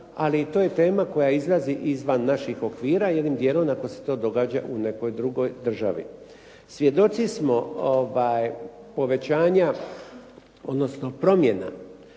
ali to je tema koja izlazi izvan naših okvira. Jednim dijelom ako se to događa u nekoj drugoj državi. Svjedoci smo povećanja, odnosno promjena